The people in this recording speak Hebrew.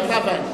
אתה ואני.